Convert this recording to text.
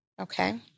Okay